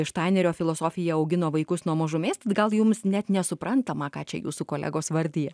štainerio filosofiją augina vaikus nuo mažumės gal jums net nesuprantama ką čia jūsų kolegos vardija